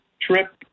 trip